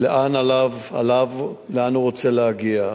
לאן הוא רוצה להגיע.